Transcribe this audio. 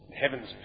Heaven's